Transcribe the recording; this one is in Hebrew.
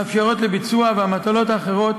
האפשרויות לביצוע והמטלות האחרות